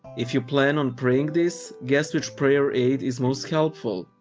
if you plan on praying this, guess which prayer aid is most helpful?